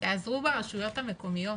תיעזרו ברשויות המקומיות.